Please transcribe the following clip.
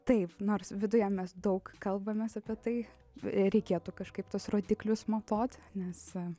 taip nors viduje mes daug kalbamės apie tai reikėtų kažkaip tuos rodiklius matuoti nes